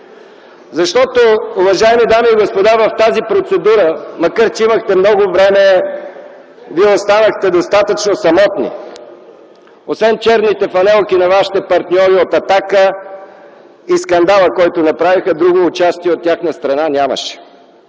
Защото, уважаеми дами и господа, в тази процедура, макар че имахте много време, вие останахте достатъчно самотни. Освен черните фланелки на вашите партньори от „Атака” и скандалът, който направиха, друго участие от тяхна страна нямаше.